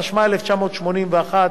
התשמ"א 1981,